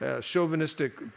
chauvinistic